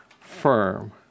firm